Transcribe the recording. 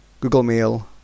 googlemail